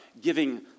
giving